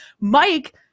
Mike